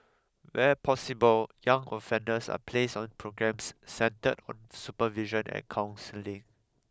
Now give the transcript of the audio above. where possible young offenders are placed on programmes centred on supervision and counselling